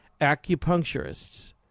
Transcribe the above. acupuncturists